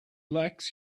likes